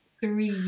three